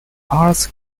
arts